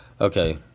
Okay